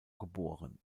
geboren